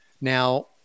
Now